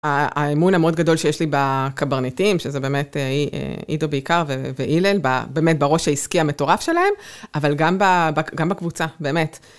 האמון המאוד גדול שיש לי בקברניטים, שזה באמת עידו בעיקר והלל, באמת בראש העסקי המטורף שלהם, אבל גם בקבוצה, באמת.